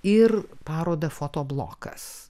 ir parodą foto blokas